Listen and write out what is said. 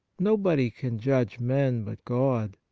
nobody can judge men but god,